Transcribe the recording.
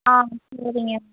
ஆ சரிங்க